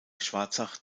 schwarzach